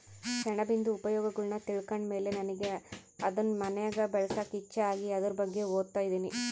ಸೆಣಬಿಂದು ಉಪಯೋಗಗುಳ್ನ ತಿಳ್ಕಂಡ್ ಮೇಲೆ ನನಿಗೆ ಅದುನ್ ಮನ್ಯಾಗ್ ಬೆಳ್ಸಾಕ ಇಚ್ಚೆ ಆಗಿ ಅದುರ್ ಬಗ್ಗೆ ಓದ್ತದಿನಿ